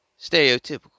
Stereotypical